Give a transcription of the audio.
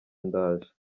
ndaje